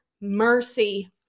mercy